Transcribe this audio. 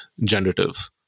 generative